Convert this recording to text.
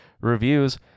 reviews